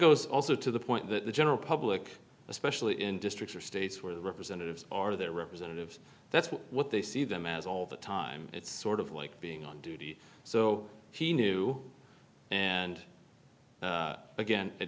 goes also to the point that the general public especially in districts or states where representatives or their representatives that's what they see them as all the time it's sort of like being on duty so he knew and again it